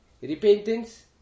Repentance